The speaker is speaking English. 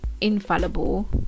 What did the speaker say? infallible